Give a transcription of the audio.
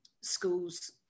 schools